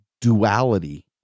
duality